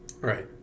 Right